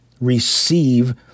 receive